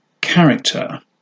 character